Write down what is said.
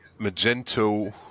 Magento